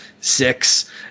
six